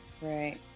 Right